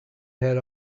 had